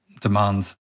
demands